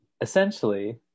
essentially